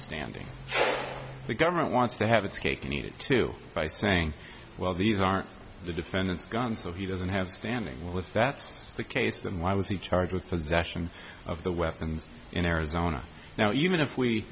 standing the government wants to have its cake and eat it too by saying well these aren't the defendants guns so he doesn't have standing well if that's the case then why was he charged with possession of the weapons in arizona now even if we